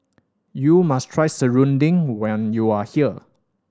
you must try serunding when you are here